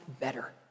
better